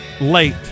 late